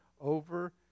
over